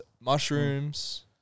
mushrooms